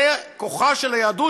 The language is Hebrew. זה כוחה של היהדות,